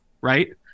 right